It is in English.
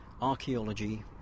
archaeology